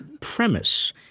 premise